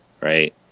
right